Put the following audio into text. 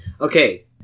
Okay